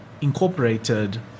incorporated